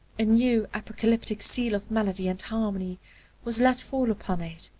a new apocalyptic seal of melody and harmony was let fall upon it.